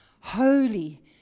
Holy